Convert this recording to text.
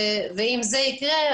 ואם זה יקרה,